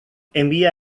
envía